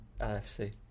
LFC